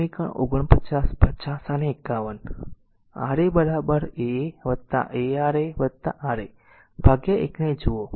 તેથી તે સમીકરણ 49 50 અને 51 Ra a a a R a R a ભાગ્યા 1 ને જુઓ